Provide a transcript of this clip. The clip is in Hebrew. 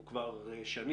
הוא כבר שנים,